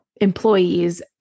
employees